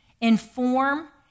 inform